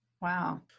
wow